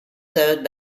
served